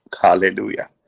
Hallelujah